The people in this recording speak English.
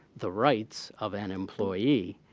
the rights of an employee.